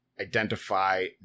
identify